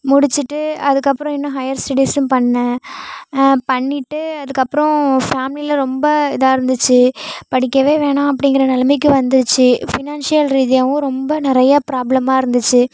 முடிச்சுட்டு அதுக்கப்பறம் இன்னும் ஹையர் ஸ்டடீஸும் பண்ணேன் பண்ணிவிட்டு அதுக்கப்பறம் ஃபேமிலியில் ரொம்ப இதாக இருந்துச்சு படிக்கவே வேணாம் அப்டிங்கிற நெலமைக்கு வந்துடுச்சி ஃபினான்ஷியல் ரீதியாகவும் ரொம்ப நிறைய ப்ராப்ளமாக இருந்துச்சு